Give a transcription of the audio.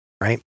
Right